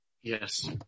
Yes